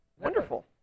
Wonderful